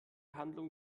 handlung